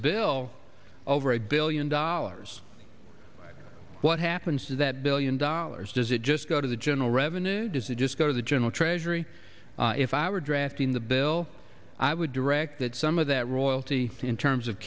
bill over a billion dollars what happens to that billion dollars does it just go to the general revenue does it just go to the general treasury if i were drafting the bill i would direct that some of that royalty in terms of